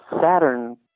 Saturn